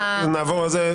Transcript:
נעבור על זה.